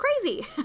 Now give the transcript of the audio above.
crazy